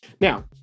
Now